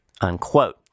unquote